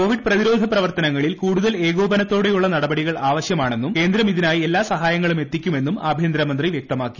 Covid പ്രതിരോധ പ്രവർത്തനങ്ങളിൽ കൂടുതൽ ഏകോപനത്തോടുള്ള നടപടികൾ ആവശ്യമാണെന്നും കേന്ദ്രം ഇതിനായി എല്ലാ സഹായങ്ങളും എത്തിക്കുമെന്നും ആഭ്യന്തരമന്ത്രി വ്യക്തമാക്കി